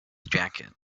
jacket